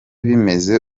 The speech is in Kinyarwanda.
bimeze